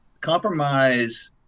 Compromise